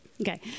Okay